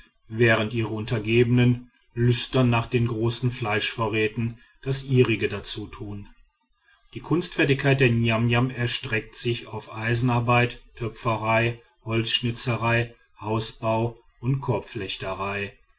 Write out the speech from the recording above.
während ihre untergebenen lüstern nach den großen fleischvorräten das ihrige dazu tun die kunstfertigkeit der niamniam erstreckt sich auf eisenarbeiten töpferei holzschnitzerei hausbau und